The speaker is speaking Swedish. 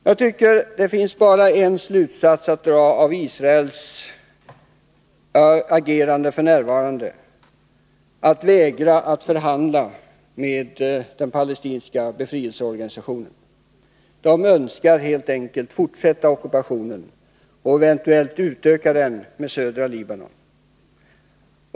Jag tycker att det finns bara en slutsats att dra av Israels vägran att förhandla med den palestinska befrielseorganisationen: Israel önskar helt enkelt fortsätta ockupationen och eventuellt utöka den att också omfatta södra Libanon.